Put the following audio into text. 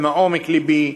מתחייב אני עליזה לביא,